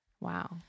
Wow